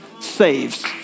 saves